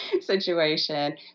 situation